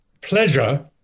pleasure